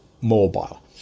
mobile